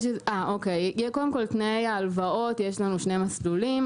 תנאי ההלוואות, יש לנו שני מסלולים.